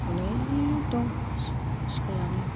अनेख दं स्कुलानो